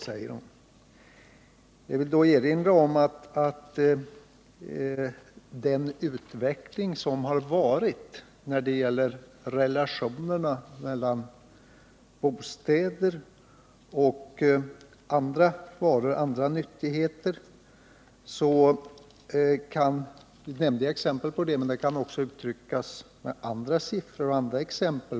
Jag vill då erinra om att jag redan givit exempel på den hittillsvarande utvecklingen i fråga om relationerna mellan boendekostnaderna och kostnaderna för andra nyttigheter. Denna utveckling kan emellertid uttryckas också med andra siffror och andra exempel.